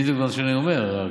בדיוק מה שאני אומר.